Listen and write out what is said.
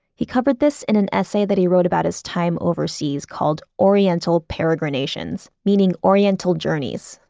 he covered this in an essay that he wrote about his time overseas called oriental peregrinations, meaning oriental journeys.